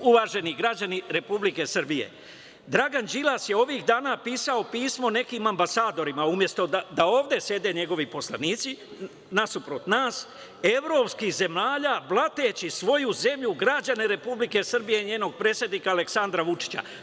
Uvaženi građani Republike Srbije, Dragan Đilas je ovih dana pisao pismo nekim ambasadorima umesto da ovde sede njegovi poslanici, nasuprot nas, evropskih zemalja blateći svoju zemlju, građane Republike Srbije i njenog predsednika, Aleksandra Vučića.